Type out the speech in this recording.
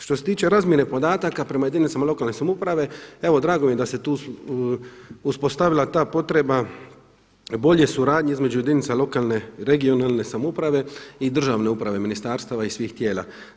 Što se tiče razmjene podataka prema jedinicama lokalne samouprave evo drago mi je da se tu uspostavila ta potreba bolje suradnje između jedinica lokalne i regionalne samouprave i državne uprava i ministarstava i svih tijela.